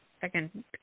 second